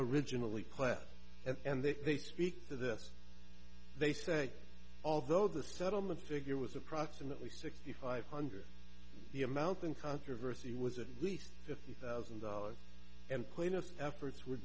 originally planned and they speak to this they say although the settlement figure was approximately sixty five hundred the amount in controversy was at least fifty thousand dollars and cleanest efforts were